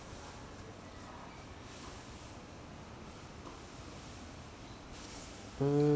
mm